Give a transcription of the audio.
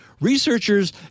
researchers